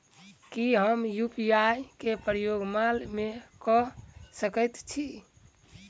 की हम यु.पी.आई केँ प्रयोग माल मै कऽ सकैत छी?